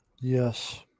Yes